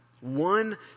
One